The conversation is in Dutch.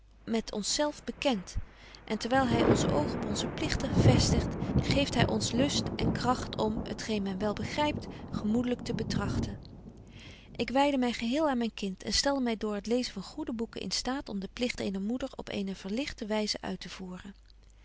met ons zelf bekent en terwyl hy onze oogen op onze pligten vestigt geeft hy ons lust en kragt om t geen men wel begrypt betje wolff en aagje deken historie van mejuffrouw sara burgerhart gemoedlyk te betrachten ik wydde my geheel aan myn kind en stelde my door het lezen van goede boeken in staat om den pligt eener moeder op eene verlichte wyse uittevoeren